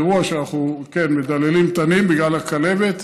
אירוע שאנחנו מדללים תנים בגלל הכלבת,